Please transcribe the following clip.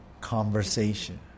conversation